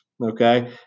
Okay